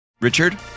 Richard